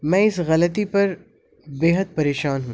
میں اس غلطی پر بےح حد پریشان ہوں